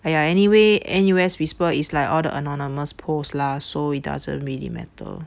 !aiya! anyway N_U_S whisper is like all the anonymous post lah so it doesn't really matter